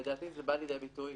זה בא לידי ביטוי